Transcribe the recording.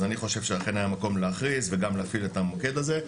אז אני חושב שאכן היה מקום להכריז וגם להפעיל את המוקד הזה.